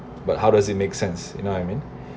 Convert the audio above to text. but how does it make sense you know I mean